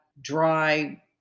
dry